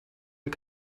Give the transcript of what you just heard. und